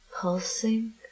pulsing